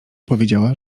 powiedziała